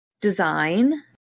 design